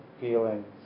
feelings